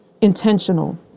intentional